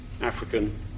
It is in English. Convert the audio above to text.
African